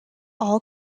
all